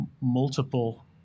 multiple